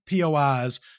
POIs